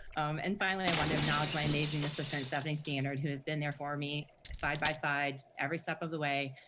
and finally, i want to acknowledge my amazing assistant stephanie standard, who has been there for me side by side, every step of the way,